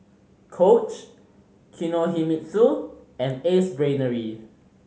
Coach Kinohimitsu and Ace Brainery